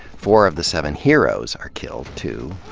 four of the seven heroes are killed, too,